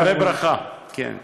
דברי ברכה, כן.